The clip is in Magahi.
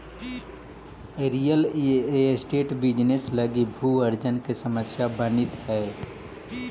रियल एस्टेट बिजनेस लगी भू अर्जन के समस्या बनित हई